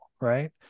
right